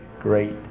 great